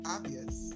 Obvious